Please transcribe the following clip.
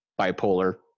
bipolar